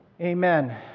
Amen